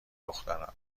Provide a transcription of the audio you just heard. دختران